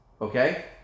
Okay